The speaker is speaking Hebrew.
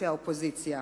אנשי האופוזיציה,